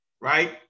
right